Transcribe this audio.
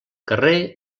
carrer